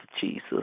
Jesus